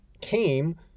came